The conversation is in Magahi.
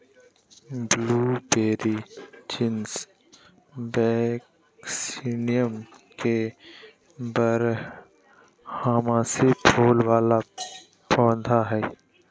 ब्लूबेरी जीनस वेक्सीनियम के बारहमासी फूल वला पौधा हइ